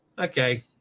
Okay